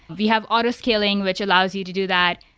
we have auto scaling, which allows you to do that.